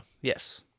yes